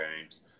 games